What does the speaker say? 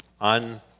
on